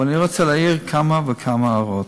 אבל אני רוצה להעיר כמה וכמה הערות.